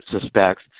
suspects